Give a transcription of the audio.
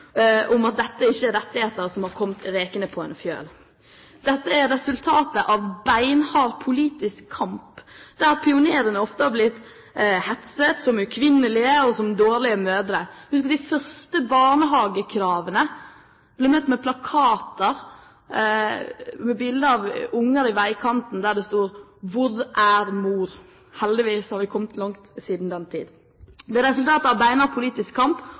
at dette ikke er rettigheter som er kommet rekende på en fjøl. Dette er resultatet av beinhard politisk kamp der pionerene ofte er blitt hetset som ukvinnelige og som dårlige mødre. De første barnehagekravene ble møtt med plakater med bilder av unger i veikanten, der det sto: «Hvor er mor?» Heldigvis har vi kommet langt siden den tid. Det er resultatet av beinhard politisk kamp